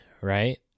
right